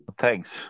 Thanks